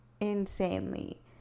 insanely